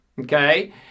Okay